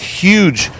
huge